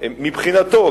מבחינתו,